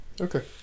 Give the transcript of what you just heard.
Okay